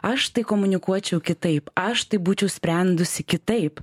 aš tai komunikuočiau kitaip aš tai būčiau sprendusi kitaip